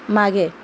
मागे